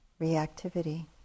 reactivity